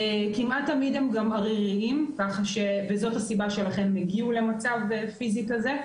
כמעט תמיד הם עריריים וזאת הסיבה שאכן הגיעו למצב פיזי כזה,